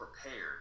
prepared